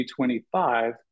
2025